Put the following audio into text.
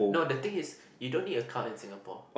no the thing is you don't need a car in Singapore